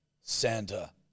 Santa